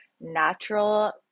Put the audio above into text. natural